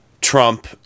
Trump